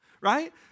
right